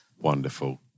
wonderful